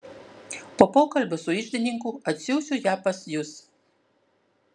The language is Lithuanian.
po pokalbio su iždininku atsiųsiu ją pas jus